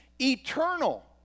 eternal